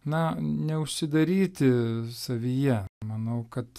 na neužsidaryti savyje manau kad